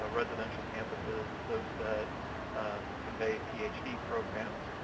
ah residential campuses, those that convey ph d. programs,